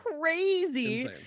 crazy